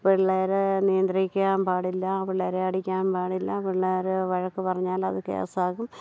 പിള്ളേരെ നിയന്ത്രിക്കാൻ പാടില്ല പിള്ളേരെ അടിക്കാൻ പാടില്ല പിള്ളേർ വഴക്ക് പറഞ്ഞാൽ അത് കേസാകും